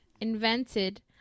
invented